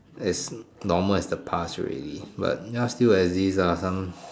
as normal as the past already but now still exist ah some